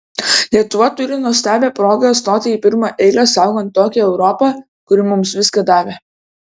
lietuva turi nuostabią progą stoti į pirmą eilę saugant tokią europą kuri mums viską davė